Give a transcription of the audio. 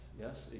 Yes